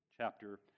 chapter